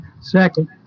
second